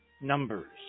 numbers